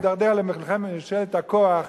אנחנו נידרדר למלחמת כוח,